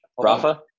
Rafa